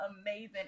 amazing